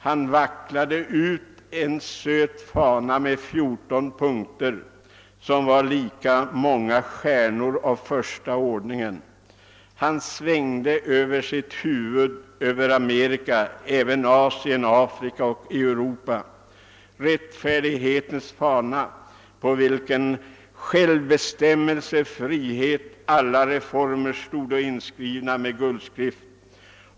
Han vecklade ut en söt fana med fjorton punkter, som voro lika många stjärnor av första ordningen. Han svängde över sitt huvud, över Amerika, över Asien, Afrika och Europa rättfärdighetens fana, på vilken självbestämmelse, frihet, alla reformer stodo inskrivna med guldskrift.